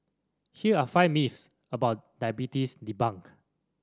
here are five myths about diabetes debunked